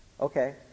Okay